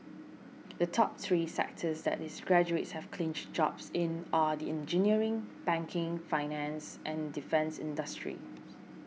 the top three sectors that its graduates have clinched jobs in are the engineering banking finance and defence industries